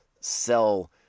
sell